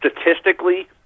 statistically